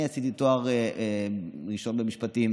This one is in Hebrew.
אני עשיתי תואר ראשון במשפטים